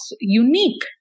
unique